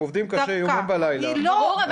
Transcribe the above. עובדים קשה יומם ולילה ותפקידנו להגן --- ברור,